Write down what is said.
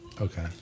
Okay